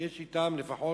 שיש אתן לפחות